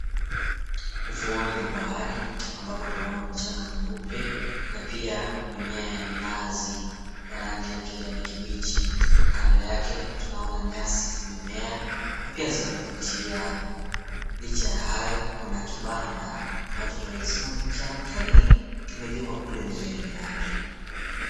Ufuoni mwa bahari ambapo twaona mchanga mweupe na pia mimea ya minazi ya rangi ya kijani kibichi, kando yake tunaona nyazi zimemea na pia zinavutia. Licha ya hayo kuna kibanda ambacho tunaweza sema ni cha utalii, kimejengwa kule mbele yake.